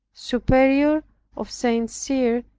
superior of st. cyr,